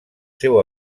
seu